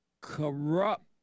corrupt